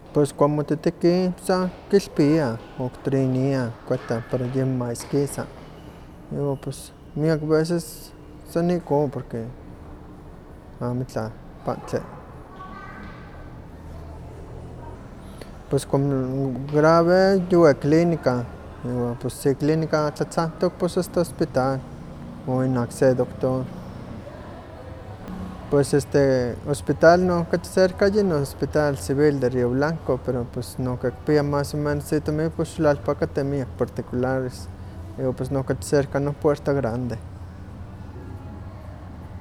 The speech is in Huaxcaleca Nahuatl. Pues kuan motetekih kilpiah, o kitriniah, kualti para yemo maeskisa, iwa pus miak veces san ihkon porque amitla pahtli. Pues como grave yuwi clínica, iwan sí clinica tlatzaktok pues hasta hospital, o inak se doctor. Pues este hospital nokachi cerca yin hospital civil de río blanco pero pues nokatki tikpia mas o menos itomin, onka xolalpa kateh miak particulares, iwan nokachi cerca non puerta grande.